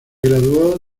graduó